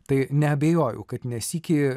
tai neabejoju kad ne sykį